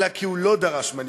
אלא כי הוא לא דרש מנהיגות.